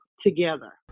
together